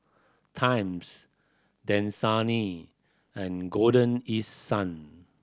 Times Dasani and Golden East Sun